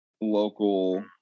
local